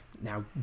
now